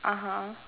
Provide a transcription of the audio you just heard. (uh huh)